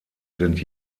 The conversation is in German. sind